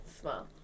Smile